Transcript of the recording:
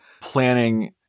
planning